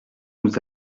nous